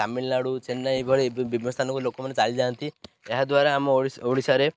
ତାମିଲନାଡ଼ୁ ଚେନ୍ନାଇ ଏଭଳି ବିଭିନ୍ନ ସ୍ଥାନକୁ ଲୋକମାନେ ଚାଲିଯାଆନ୍ତି ଏହା ଦ୍ୱାରା ଆମ ଓଡ଼ିଶାରେ